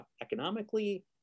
economically